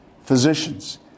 Physicians